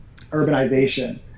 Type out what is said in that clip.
urbanization